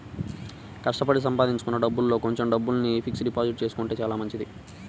కష్టపడి సంపాదించుకున్న డబ్బుల్లో కొంచెం డబ్బుల్ని ఫిక్స్డ్ డిపాజిట్ చేసుకుంటే చానా మంచిది